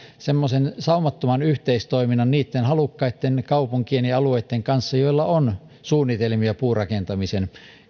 semmoisen saumattoman yhteistoiminnan niitten halukkaitten kaupunkien ja alueitten kanssa joilla on suunnitelmia puurakentamisen